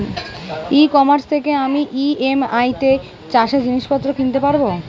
ই commerce থেকে আমি EMI তে চাষে জিনিসপত্র কিনতে পারব?